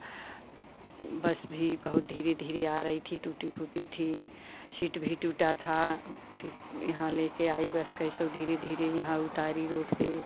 बस भी बहुत धीरे धीरे आ रही थी टूटी फूटी थी शीट भी टूटा था फिर यहाँ ले कर आई बस कइसो धीरे धीरे यहाँ उतारी रोड पर